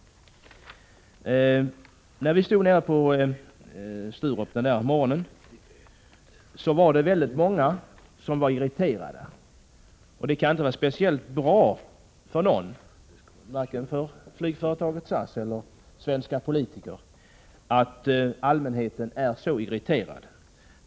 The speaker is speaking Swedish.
När vi stod på Sturup den där morgonen som jag nämner i min interpellation var det väldigt många som var irriterade. Det kan inte vara särskilt bra vare sig för flygföretaget SAS eller för svenska politiker att allmänheten är så irriterad.